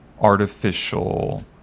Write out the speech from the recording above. artificial